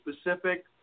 specific